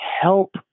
help